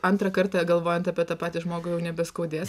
antrą kartą galvojant apie tą patį žmogų jau nebeskaudės